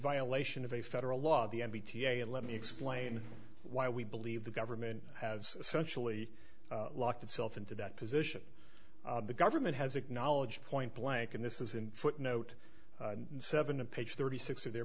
violation of a federal law the n b t a let me explain why we believe the government has essentially locked itself into that position the government has acknowledged point blank and this is in footnote seven a page thirty six of their